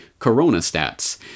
Coronastats